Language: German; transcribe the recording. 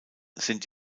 sind